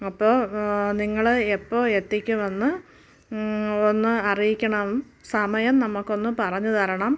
അപ്പോൾ നിങ്ങൾ എപ്പോൾ എത്തിക്കുമെന്ന് ഒന്ന് അറിയിക്കണം സമയം നമുക്ക് ഒന്ന് പറഞ്ഞു തരണം